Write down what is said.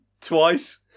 twice